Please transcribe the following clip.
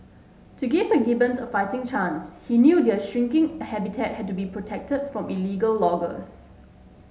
to give the Gibbons a fighting chance he knew their shrinking habitat had to be protected from illegal loggers